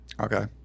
Okay